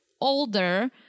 older